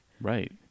Right